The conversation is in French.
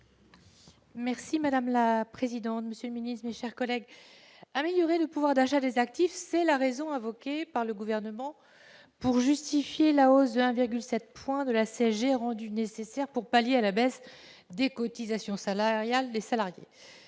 est à Mme Catherine Morin-Desailly. Améliorer le pouvoir d'achat des actifs, c'est la raison invoquée par le Gouvernement pour justifier la hausse de 1,7 point de la CSG, rendue nécessaire pour pallier la baisse des cotisations salariales des salariés.